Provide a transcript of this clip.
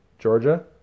Georgia